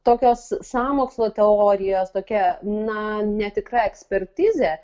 tokios sąmokslo teorijos tokia na netikra ekspertizė